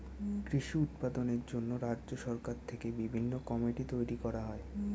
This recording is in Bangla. কৃষি উৎপাদনের জন্য রাজ্য সরকার থেকে বিভিন্ন কমিটি তৈরি করা হয়